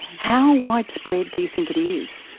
how widespread do you think it is?